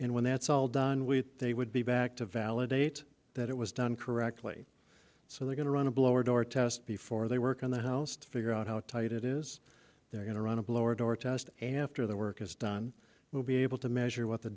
and when that's all done with they would be back to validate that it was done correctly so they're going to run a blower door test before they work on the house to figure out how tight it is they're going to run a blower door test after the work is done we'll be able to measure what the